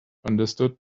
understood